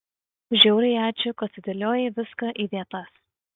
žiauriai ačiū kad sudėliojai viską į vietas